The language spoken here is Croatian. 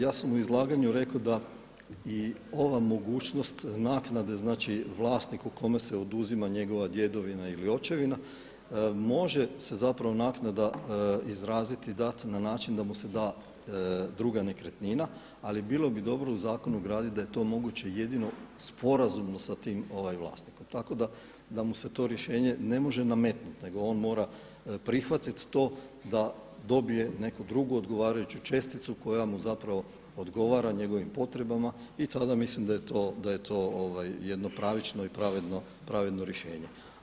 Ja sam u izlaganju rekao da i ova mogućnost naknade vlasniku kome se oduzima njegova djedovina ili očevina može se zapravo naknada izraziti i dati na način da mu se da druga nekretnina, ali bilo bi dobro u zakon ugraditi da je to moguće jedino sporazumno sa tim vlasnikom, tako da mu se to rješenje ne može nametnuti nego on mora prihvatiti to da dobije neku drugu odgovarajuću česticu koja mu zapravo odgovara njegovim potrebama i tada mislim da je to jedno pravično i pravedno rješenje.